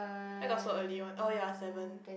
where got so early one oh ya seven